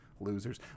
losers